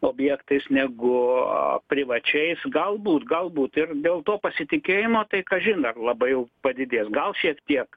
objektais negu privačiais galbūt galbūt ir dėl to pasitikėjimo tai kažin ar labai jau padidės gal šiek tiek